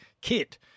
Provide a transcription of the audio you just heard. kit